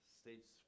states